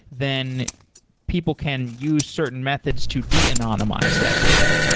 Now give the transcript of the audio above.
then people can use certain methods to de-anonymize that data.